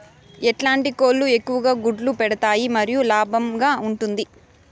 ఎట్లాంటి కోళ్ళు ఎక్కువగా గుడ్లు పెడతాయి మరియు లాభంగా ఉంటుంది?